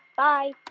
bye